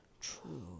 true